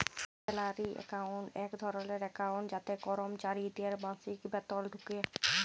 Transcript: salary account এক ধরলের account যাতে করমচারিদের মাসিক বেতল ঢুকে